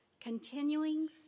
continuing